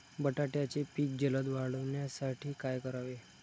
बटाट्याचे पीक जलद वाढवण्यासाठी काय करावे?